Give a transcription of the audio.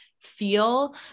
feel